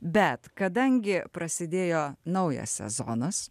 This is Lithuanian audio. bet kadangi prasidėjo naujas sezonas